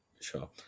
sure